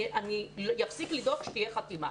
אני אפסיק לדאוג כשתהיה חתימה.